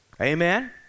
amen